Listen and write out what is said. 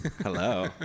Hello